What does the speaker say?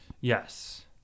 Yes